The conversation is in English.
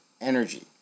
energy